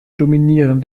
dominieren